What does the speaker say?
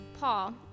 Paul